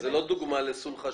זאת לא דוגמה לסולחה